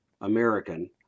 American